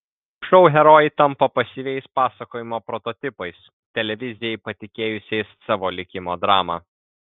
šou herojai tampa pasyviais pasakojimo prototipais televizijai patikėjusiais savo likimo dramą